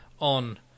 on